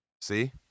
See